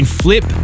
flip